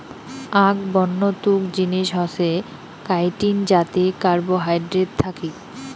আক বন্য তুক জিনিস হসে কাইটিন যাতি কার্বোহাইড্রেট থাকি